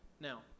Now